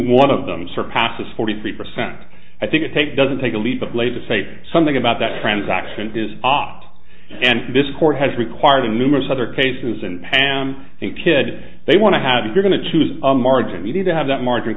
one of them surpasses forty three percent i think it take doesn't take a leap of late to say something about that transaction is off and this court has required in numerous other cases and pam and kid they want to have you going to choose a margin you need to have that marjorie